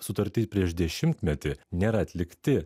sutarti prieš dešimtmetį nėra atlikti